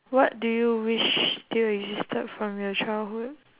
what do you wish still existed from your childhood